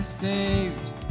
Saved